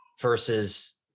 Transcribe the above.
versus